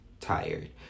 tired